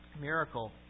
miracle